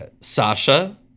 Sasha